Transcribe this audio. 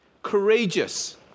Courageous